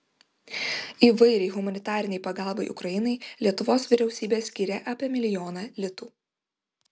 įvairiai humanitarinei pagalbai ukrainai lietuvos vyriausybė skyrė apie milijoną litų